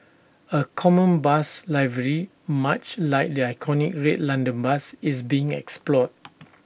A common bus livery much like the iconic red London bus is being explored